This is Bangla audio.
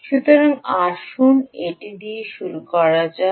সুতরাং আসুন এটি দিয়ে শুরু করা যাক